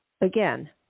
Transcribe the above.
Again